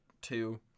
two